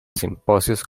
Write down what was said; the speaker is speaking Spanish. simposios